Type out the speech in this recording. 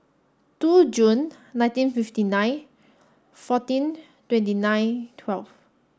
two Jun nineteen fifty nine fourteen twenty nine twelve